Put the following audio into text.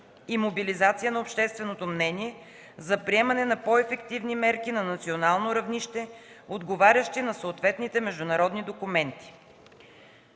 и мобилизация на общественото мнение за приемане на по-ефективни мерки на национално равнище, отговарящи на съответните международни документи.